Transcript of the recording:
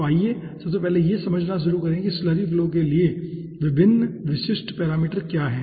तो आइए सबसे पहले यह समझना शुरू करें कि स्लरी फ्लो के लिए विभिन्न विशिष्ट पैरामीटर क्या हैं